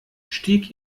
stieg